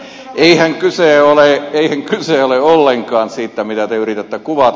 eihän kyse ole ollenkaan siitä mitä te yritätte kuvata